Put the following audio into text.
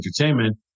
Entertainment